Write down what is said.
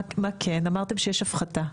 אמרתם שיש הפחתה?